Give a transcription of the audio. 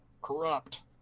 corrupt